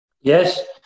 Yes